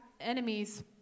enemies